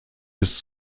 bis